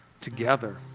together